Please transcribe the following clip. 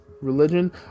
Religion